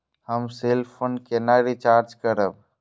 हम cell phone केना recharge करब?